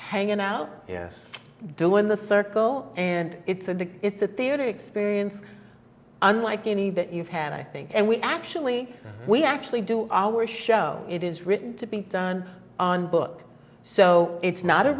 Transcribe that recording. hanging out yes i do in the circle and it's a big it's a theater experience unlike any that you've had i think and we actually we actually do our show it is written to be done on book so it's not a